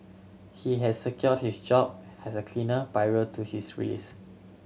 he had secured his job has a cleaner prior to his release